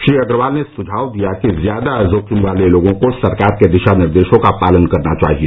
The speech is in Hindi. श्री अग्रवाल ने सुझाव दिया कि ज्यादा जोखिम वाले लोगों को सरकार के दिशा निर्देशों का पालन करना चाहिए